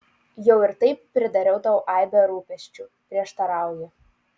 jau ir taip pridariau tau aibę rūpesčių prieštarauju